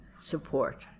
support